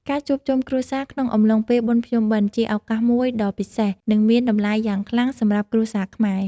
ការជួបជុំគ្រួសារក្នុងអំឡុងពេលបុណ្យភ្ជុំបិណ្ឌ ជាឱកាសមួយដ៏ពិសេស និងមានតម្លៃយ៉ាងខ្លាំងសម្រាប់គ្រួសារខ្មែរ។